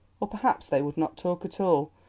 or perhaps they would not talk at all,